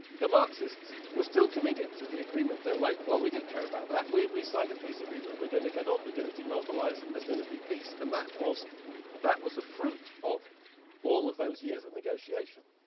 the marxists were still committed to the agreement. they were like, well, we don't care about that. we we signed a peace agreement. we're gonna get on. we're gonna demobilize, and there's gonna be peace, and that was that was the fruit of all of those years of negotiation,